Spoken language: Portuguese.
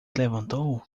levantou